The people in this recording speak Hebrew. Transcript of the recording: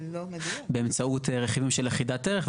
באמצעות רכיבים יחידת ערך,